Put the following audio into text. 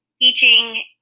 teaching